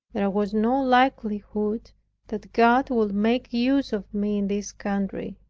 there was no likelihood that god would make use of me in this country.